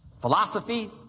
Philosophy